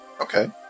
okay